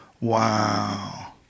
Wow